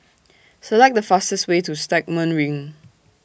Select The fastest Way to Stagmont Ring